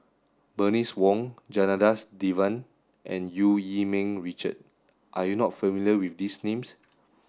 Bernice Wong Janadas Devan and Eu Yee Ming Richard are you not familiar with these names